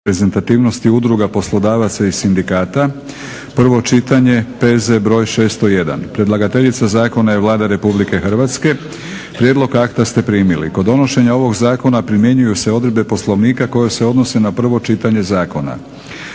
reprezentativnosti udruga poslodavaca i sindikata, prvo čitanje, P.Z. br. 601 Predlagateljica zakona je Vlada RH. Prijedlog akta ste primili. Kod donošenja ovog zakona primjenjuju se odredbe poslovnika koje se odnose na prvo čitanje zakona.